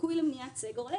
הסיכוי למניעת סגר עולה.